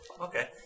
Okay